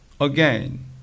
again